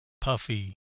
Puffy